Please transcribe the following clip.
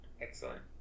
excellent